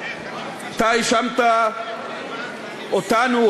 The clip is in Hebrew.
אתה האשמת אותנו,